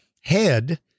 head